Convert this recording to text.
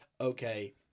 okay